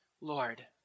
Lord